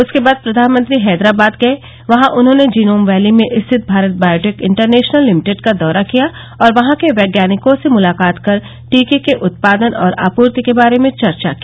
उसके बाद प्रधानमंत्री हैदराबाद गये वहां उन्हॉने जिनोम वैली में स्थित भारत बायोटेक इंटरनेशनल लिमिटेड का दौरा किया और वहां के वैज्ञानिकों से मुलाकात कर टीके के उत्पादन तथा आपूर्ति के बारे में चर्चा की